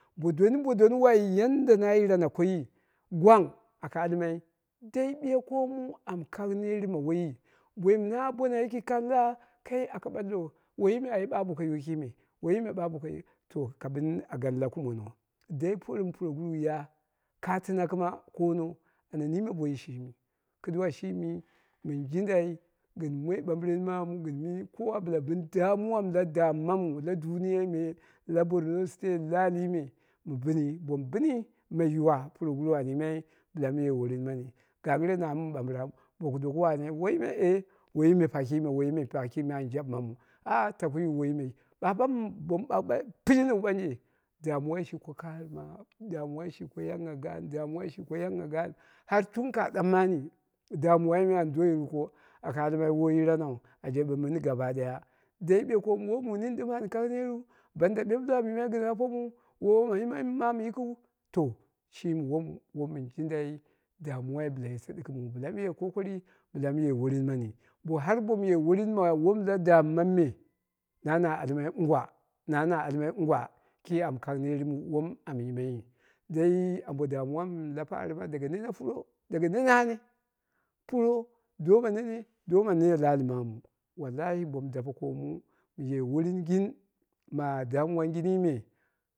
Bo doni wai yanda na yirana koiyi gwang aka almai, dai ɓiye koomu amu kang ner ma woiyi bom na bona yiki kalla kai aka ɓallo woiyi me ɓa boka yu kime woiyi me ɓa boka ya kime ka ali a gani la kumono dai por puroguru ya katina kɨma koono ana niime boiyi shimi, kɨduwa shimi min jindai gɨn moiɓamɓiren mamu gɨn mɨni koma bɨla bɨni damuwa mɨ la dammamu la duniyai me la borno state la alii me bɨni, bomu bɨni mai yuwuwa puroguru an yima bɨla mu ye worin mani, gangɨre na mum ɓambɨram boku doku wane waino woiyi me fa woiyi me fa kima an jaɓɨmamu, ah taku yu woiyi, me ba bamu bomu bagh ɓala tinjiking ɓanje shi ko karɨma damuwai shi ko yangngha damuwai shi ko yangngha gaan har tun ka tsamani damuwai me an do yirko aka almai woi yiranau a jaɓe. Mini gaba daya dai ɓiyemu woi mu nini ɗɨm an kang netu banda dum ɗɨm amu yi mai ko apomu woi woma yima maamu yikiu, shimi wom min jindai damuwai ba yeto ɗɨgɨmu bɨla mɨye kokari bɨlam ye worin mani har bomu ye worin ma wom na dammamu me, na na almai ingwa na na almai ingwa, ki am kang net wom am yimaiyi, dai ambo damuwam ma farima daga nene puro, daga nene hane puro doma nene doma la ali mamu, wallahi bomu dape koomi mɨ ye woringin ma damuwan gini me